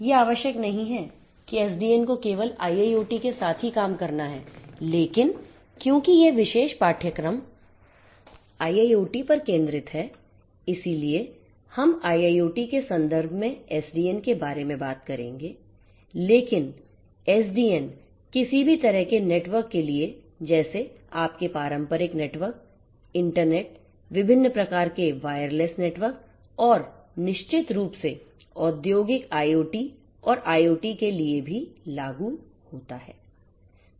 यह आवश्यक नहीं है कि SDN को केवल IIoT के साथ ही काम करना है लेकिन क्योंकि यह विशेष पाठ्यक्रम IIoT पर केंद्रित है इसलिए हम IIoT के संदर्भ में SDN के बारे में बात करेंगे लेकिन SDN किसी भी तरह के नेटवर्क के लिए जैसे आपके पारंपरिक नेटवर्क इंटरनेट विभिन्न प्रकार के वायरलेस नेटवर्क और निश्चित रूप से औद्योगिक IoT और IoT के लिए के लिए भी लागू होता है